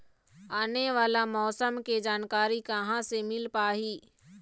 आने वाला मौसम के जानकारी कहां से मिल पाही?